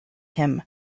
him